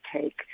take